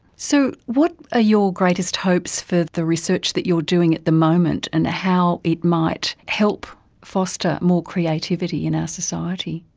so what are ah your greatest hopes for the research that you are doing at the moment and how it might help foster more creativity in our society?